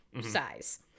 size